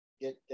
get